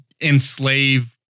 enslave